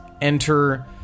enter